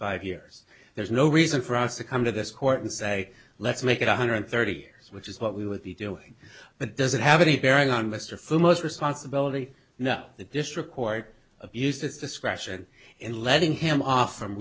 five years there's no reason for us to come to this court and say let's make it one hundred thirty years which is what we would be doing but does it have any bearing on mr fu most responsibility not the district court abused its discretion in letting him off from